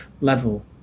level